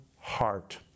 heart